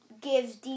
gives